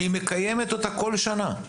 היא מקיימת אותה בכל שנה,